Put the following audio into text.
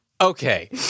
Okay